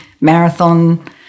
marathon